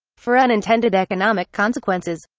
for unintended economic consequences,